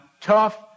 tough